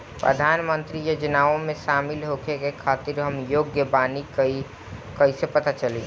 प्रधान मंत्री योजनओं में शामिल होखे के खातिर हम योग्य बानी ई कईसे पता चली?